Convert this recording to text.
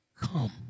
come